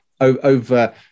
over